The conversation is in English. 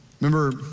Remember